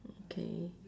okay